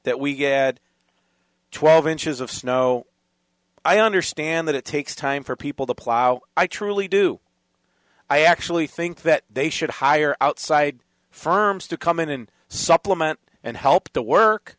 that we had twelve inches of snow i understand that it takes time for people to plow i truly do i actually think that they should hire outside firms to come in and supplement and help the work